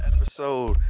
episode